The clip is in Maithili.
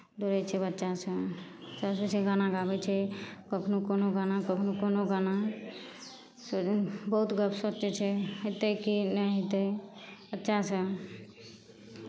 दौड़ै छियै बच्चासभ बच्चासभ छै गाना गाबै छै कखनहु कोनो गाना कखनहु कोनो गाना बहुत गप्प सोचै छै हेतै कि नहि हेतै बच्चासँ